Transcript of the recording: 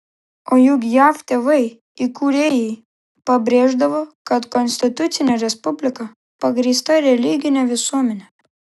o juk jav tėvai įkūrėjai pabrėždavo kad konstitucinė respublika pagrįsta religine visuomene